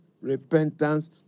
repentance